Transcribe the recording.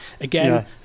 again